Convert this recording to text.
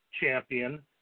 champion